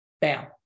Bam